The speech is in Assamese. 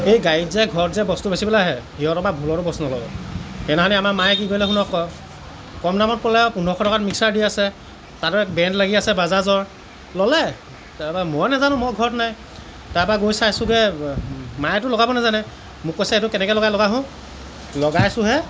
গাড়ীত যে ঘৰত যে বস্তু বেচিবলৈ আহে সিহঁতৰ পৰা ভুলতো বস্তু নল'ব সেইদিনাখনি আমাৰ মায়ে কি কৰিলে শুনক আকৌ কম দামত পালে আৰু পোন্ধৰশ টকাত মিক্সাৰ দি আছে তাতে ব্ৰেণ্ড লাগি আছে বাজাজৰ ল'লে তাৰপৰা মই নাজানোঁ মই ঘৰত নাই তাৰপৰা গৈ চাইছোগৈ মায়েতো লগাব নাজানে মোক কৈছে এইটো কেনেকৈ লগাই লগাচোন লগাইছোহে